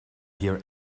hear